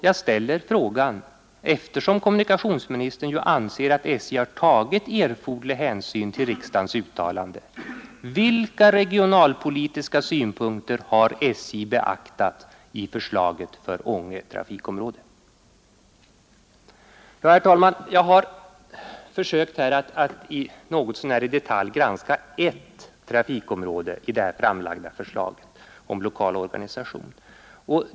Jag ställer frågan, eftersom kommunikationsministern ju anser att SJ har tagit erforderlig hänsyn till riksdagens uttalande: Vilka regionalpolitiska synpunkter har SJ beaktat i förslaget för Ånge trafikområde? Herr talman! Jag har försökt att här något så när i detalj granska ett trafikområde i det framlagda förslaget till lokal organisation.